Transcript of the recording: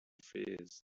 fears